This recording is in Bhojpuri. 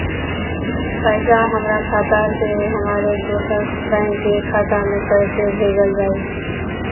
पैसा हमरा खाता से हमारे दोसर बैंक के खाता मे कैसे भेजल जायी?